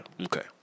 Okay